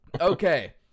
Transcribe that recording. Okay